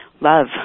love